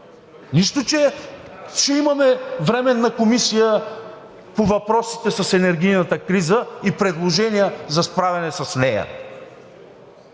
Нищо, че ще имаме Временна комисия по въпросите с енергийната криза и предложения за справяне с нея.